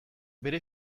bere